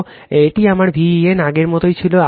তো এটা আমার Van আগের মতই ছিল